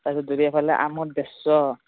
তাৰপিছত এইফালে আমৰ ডেৰশ